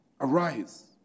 arise